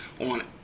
on